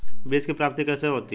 बीज की प्राप्ति कैसे होती है?